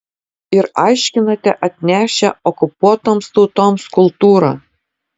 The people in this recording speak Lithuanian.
ir aiškinate atnešę okupuotoms tautoms kultūrą